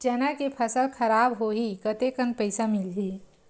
चना के फसल खराब होही कतेकन पईसा मिलही?